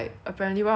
like the name